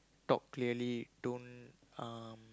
talk clearly don't uh